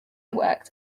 worked